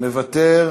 מוותר,